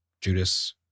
Judas